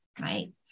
right